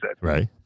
Right